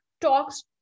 talks